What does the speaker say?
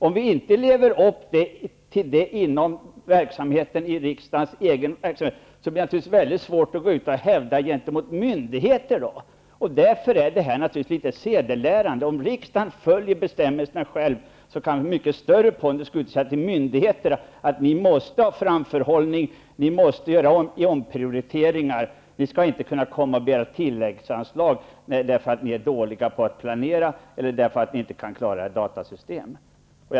Om vi inte inom riksdagens egen verksamhet lever upp till det blir det naturligtvis mycket svårt att hävda detta gentemot myndigheter. Detta är därför litet sedelärande. Om riksdagen själv följer bestämmelserna kan vi med mycket större pondus gå ut och säga till myndigheterna: Ni måste ha framförhållning och göra omprioriteringar. Ni skall inte kunna komma och begära tilläggsanslag därför att ni är dåliga på att planera eller därför att ni inte kan klara ert datasystem.